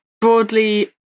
broadly